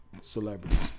celebrities